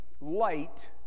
light